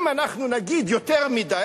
אם אנחנו נגיד יותר מדי,